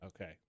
Okay